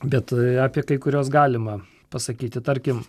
bet apie kai kuriuos galima pasakyti tarkim